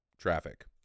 traffic